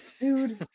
Dude